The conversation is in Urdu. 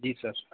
جی سر